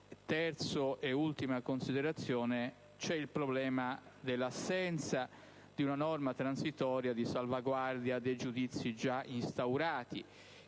terza e ultima considerazione - c'è il problema dell'assenza di una norma transitoria di salvaguardia dei giudizi già instaurati,